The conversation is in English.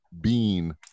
bean